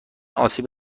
آسیب